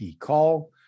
call